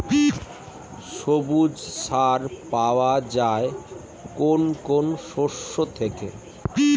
সবুজ সার পাওয়া যায় কোন কোন শস্য থেকে?